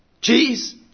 cheese